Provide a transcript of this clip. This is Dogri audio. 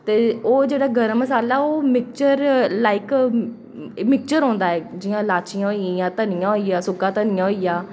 ते ओह् जेह्ड़ा गरम मसाला ओह् मिक्चर लाइक मिक्चर होंदा ऐ जियां लाचियां होई गेइयां धनियां होई गेआ सुक्का धनिया होई गेआ